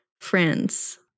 friends